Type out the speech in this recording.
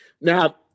Now